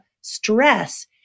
stress